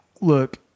look –